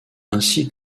ainsi